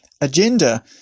agenda